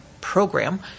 program